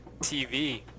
TV